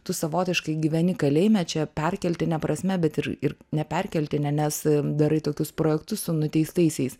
tu savotiškai gyveni kalėjime čia perkeltine prasme bet ir ir ne perkeltine nes darai tokius projektus su nuteistaisiais